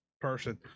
person